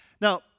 Now